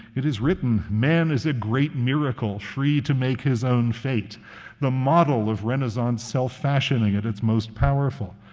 it is written man is a great miracle, free to make his own fate the model of renaissance self-fashioning at its most powerful.